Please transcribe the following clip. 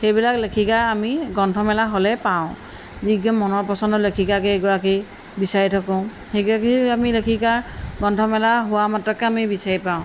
সেইবিলাক লেখিকা আমি গ্ৰন্থমেলা হ'লে পাওঁ যি মনৰ পচন্দ লেখিকা কেইগৰাকী বিচাৰি থাকোঁ সেইগৰাকী আমি লেখিকা গ্ৰন্থমেলা হোৱা মাত্ৰকে আমি বিচাৰি পাওঁ